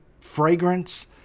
fragrance